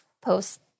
post